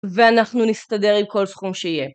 ואנחנו נסתדר עם כל סכום שיהיה.